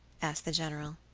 asked the general.